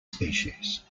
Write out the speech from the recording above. species